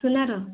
ସୁନାର